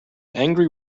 angry